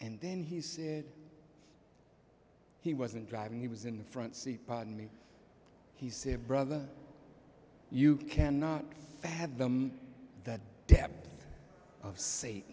and then he said he wasn't driving he was in the front seat pardon me he said brother you cannot fathom that